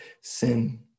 sin